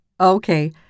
Okay